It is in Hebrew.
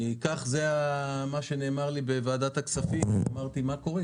כך זה מה שנאמר לי בוועדת הכספים, אמרתי: מה קורה?